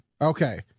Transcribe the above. Okay